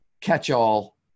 catch-all